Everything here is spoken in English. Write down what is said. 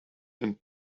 and